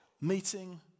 meeting